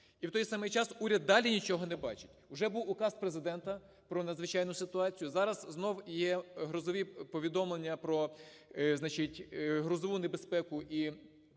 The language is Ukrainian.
І в той самий час уряд дані нічого не бачить. Вже був Указ Президента про надзвичайну ситуацію. Зараз знову є грозові повідомлення про, значить, грозову небезпеку і